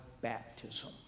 baptism